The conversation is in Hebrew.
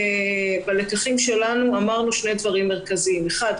בלקחים שלנו אמרנו שני דברים מרכזיים: אחד,